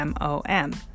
mom